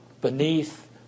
beneath